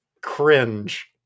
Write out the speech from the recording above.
cringe